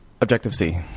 Objective-C